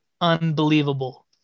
unbelievable